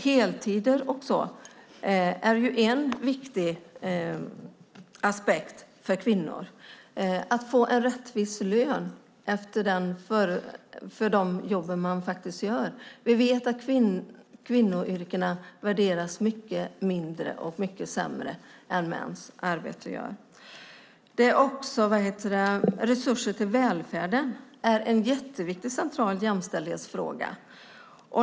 Heltider är en viktig aspekt för kvinnor, och att få en rättvis lön för det jobb man faktiskt gör. Vi vet att kvinnoyrken värderas mycket lägre och sämre än mäns arbete. Också resurser till välfärden är en jätteviktig och central jämställdhetsfråga.